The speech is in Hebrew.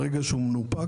ברגע שהוא מונפק